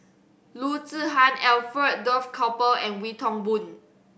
Loo Zihan Alfred Duff Cooper and Wee Toon Boon